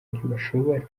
ntibashoboye